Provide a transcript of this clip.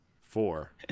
four